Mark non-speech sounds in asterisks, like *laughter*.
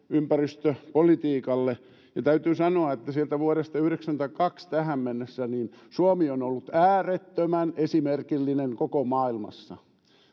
*unintelligible* ympäristöpolitiikalle ja täytyy sanoa että sieltä vuodesta yhdeksänkymmentäkaksi tähän saakka suomi on ollut äärettömän esimerkillinen koko maailmassa